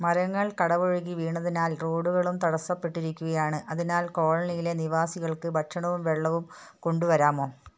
മരങ്ങൾ കടപുഴകി വീണതിനാൽ റോഡ്കളും തടസ്സപ്പെട്ടിരിക്കുകയാണ് അതിനാൽ കോളനീലേ നിവാസികൾക്ക് ഭക്ഷണവും വെള്ളവും കൊണ്ടുവരാമോ